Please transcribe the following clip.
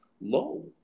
low